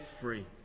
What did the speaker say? free